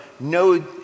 no